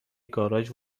گاراژ